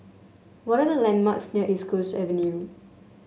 what are the landmarks near East Coast Avenue